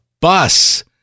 bus